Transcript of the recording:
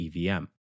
EVM